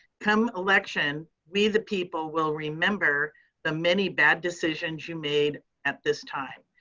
come election, we the people will remember the many bad decisions you made at this time.